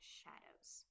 shadows